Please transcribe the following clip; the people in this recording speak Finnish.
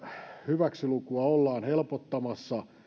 hyväksilukua ollaan helpottamassa